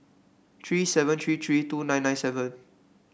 three seven three three two nine nine seven